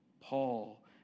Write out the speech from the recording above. Paul